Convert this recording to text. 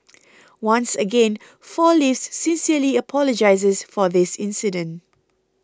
once again Four Leaves sincerely apologises for this incident